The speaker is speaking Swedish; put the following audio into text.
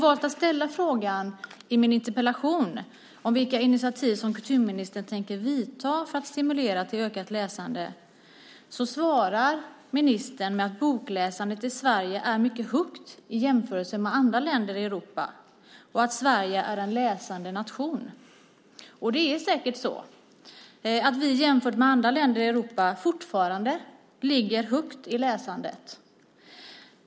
På frågan i min interpellation om vilka initiativ kulturministern tänker vidta för att stimulera till ökat läsande svarar ministern att bokläsandet i Sverige är mycket högt i jämförelse med andra länder i Europa och att Sverige är en läsande nation. Det är säkert så att vi jämfört med andra länder i Europa fortfarande ligger högt i läsandet.